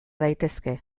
daitezke